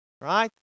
Right